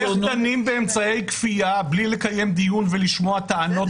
איך דנים באמצעי כפייה בלי לקיים דיון ולשמוע טענות ומענות?